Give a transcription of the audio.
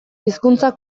hizkuntza